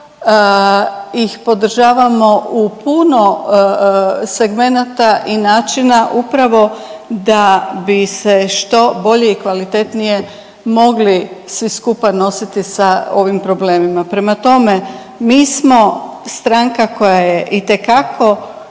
ih podržavamo u puno segmenata i načina upravo da bi se što bolje i kvalitetnije mogli svi skupa nositi sa ovim problemima. Prema tome, mi smo stranka koja je itekako